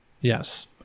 yes